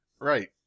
right